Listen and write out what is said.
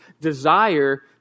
desire